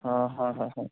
অঁ হয় হয় হয়